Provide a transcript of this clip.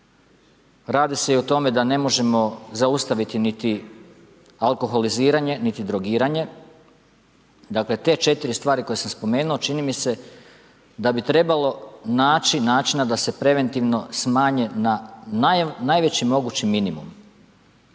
radi se i o tome da ne možemo zaustaviti niti alkoholiziranje niti drogiranje. Dakle, te 4 stvari koje sam spomenuo, čini mi se da bi trebalo naći načina da se preventivno smanji na najveći mogući minimum.